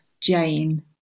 Jane